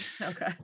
okay